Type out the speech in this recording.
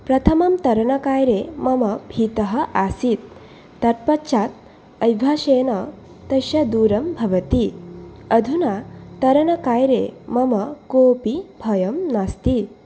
प्रथमं तरणकार्ये मम भीतः आसीत् तत् पश्चात् अभ्यासेन तस्य दूरं भवति अधुना तरणकार्ये मम कोपि भयं नास्ति